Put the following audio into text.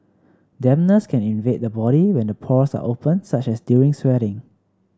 dampness can invade the body when the pores are open such as during sweating